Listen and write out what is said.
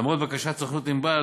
למרות בקשת סוכנות "ענבל",